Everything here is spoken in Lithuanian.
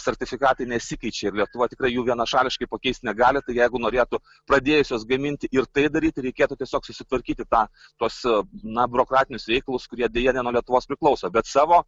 sertifikatai nesikeičia ir lietuvoj tikrai jų vienašališkai pakeisti negali tai jeigu norėtų pradėjusios gaminti ir tai daryti reikėtų tiesiog susitvarkyti tą tuos na biurokratinius reikalus kurie deja ne nuo lietuvos priklauso bet savo